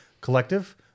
collective